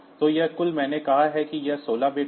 तो यह कुल मैंने कहा कि यह 16 बिट है